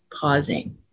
pausing